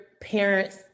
parents